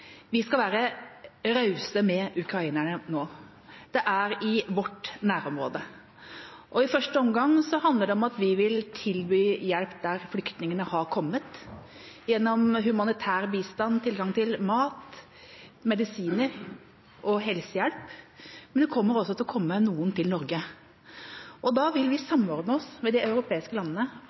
Vi skal være rause med ukrainerne nå. Det er i vårt nærområde. I første omgang handler det om at vi vil tilby hjelp der flyktningene har kommet, gjennom humanitær bistand, tilgang til mat, medisiner og helsehjelp. Men det kommer også til å komme noen til Norge. Da vil vi samordne oss med de europeiske landene.